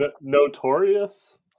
notorious